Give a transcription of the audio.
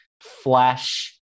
flash